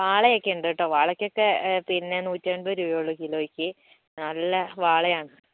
വാള ഒക്കെ ഉണ്ട് വാളക്ക് ഒക്കെ പിന്നെ നൂറ്റി എൺപത് രൂപ ഉള്ളു കിലോക്ക് നല്ല വാള ആണ്